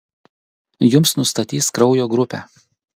jums nustatys kraujo grupę